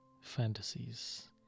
fantasies